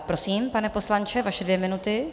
Prosím, pane poslanče, vaše dvě minuty.